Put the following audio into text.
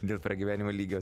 dėl pragyvenimo lygio